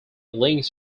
links